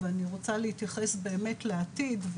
ואני רוצה להתייחס באמת לעתיד,